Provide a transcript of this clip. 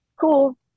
cool